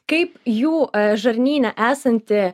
kaip jų žarnyne esanti